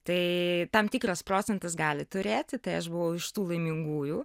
tai tam tikras procentas gali turėti tai aš buvau iš tų laimingųjų